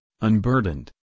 unburdened